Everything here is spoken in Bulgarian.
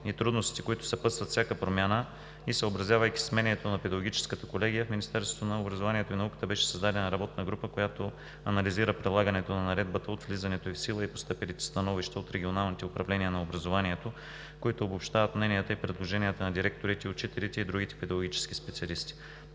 и трудностите, които съпътстват всяка промяна, и съобразявайки сменянето на Педагогическата колегия, в Министерството на образованието и науката беше създадена работна група, която анализира прилагането на Наредбата от влизането й в сила и постъпилите становища от регионалните управления на образованието, които обобщават мненията и предложенията на директорите и учителите, и другите педагогически специалисти.